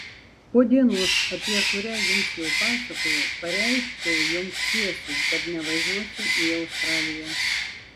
po dienos apie kurią jums jau pasakojau pareiškiau joms tiesiai kad nevažiuosiu į australiją